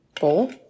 bowl